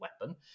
Weapon